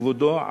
כבודו,